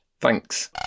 Thanks